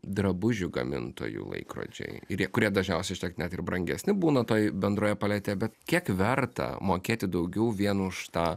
drabužių gamintojų laikrodžiai ir jie kurie dažniausiai šiek net ir brangesni būna toj bendroje paletėje bet kiek verta mokėti daugiau vien už tą